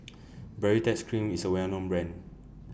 Baritex Cream IS A Well known Brand